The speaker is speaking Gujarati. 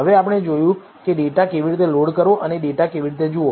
હવે આપણે જોયું છે કે ડેટા કેવી રીતે લોડ કરવો અને ડેટા કેવી રીતે જોવો